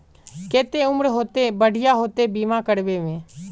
केते उम्र होते ते बढ़िया होते बीमा करबे में?